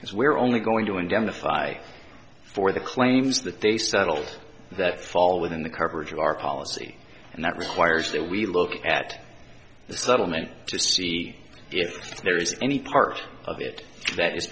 so we're only going to indemnify for the claims that they settled that fall within the coverage of our policy and that requires that we look at the settlement to see if there is any part of it that is